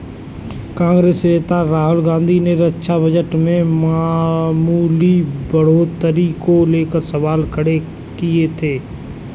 कांग्रेस नेता राहुल गांधी ने रक्षा बजट में मामूली बढ़ोतरी को लेकर सवाल खड़े किए थे